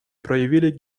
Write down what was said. проявили